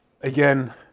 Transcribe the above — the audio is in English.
again